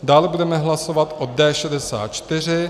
Dále budeme hlasovat o D64.